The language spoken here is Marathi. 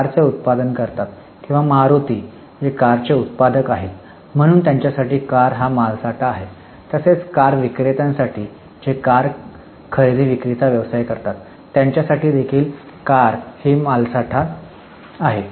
ते कारचे उत्पादन करतात किंवा मारुती ते कारचे उत्पादक आहेत म्हणून त्यांच्यासाठी कार मालसाठा आहे तसेच कार विक्रेत्यांसाठी जे कार खरेदी विक्रीचा व्यवसाय करतात त्यांच्यासाठी देखील कार ही मालसाठाच आहे